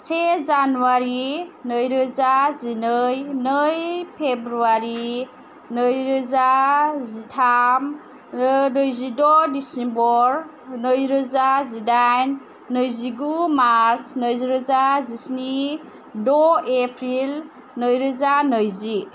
से जानुवारि नैरोजा जिनै नै फेब्रुवारि नैरोजा जिथाम नैजिद' डिसेम्बर नैरोजा जिदाइन नैजिगु मार्स नैरोजा जिस्नि द' एप्रिल नैरोजा नैजि